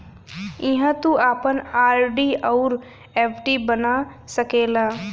इहाँ तू आपन आर.डी अउर एफ.डी बना सकेला